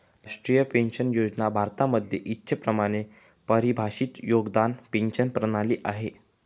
राष्ट्रीय पेन्शन योजना भारतामध्ये इच्छेप्रमाणे परिभाषित योगदान पेंशन प्रणाली आहे